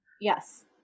Yes